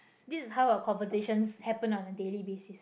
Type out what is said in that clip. this is how our conversations happen on a daily basis